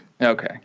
okay